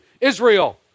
Israel